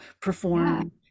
perform